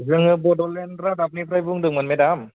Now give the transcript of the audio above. जोङो बड'लेण्ड रादाब निफ्राय बुंदोंमोन मेदाम